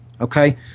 Okay